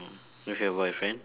with your boyfriend